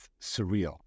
surreal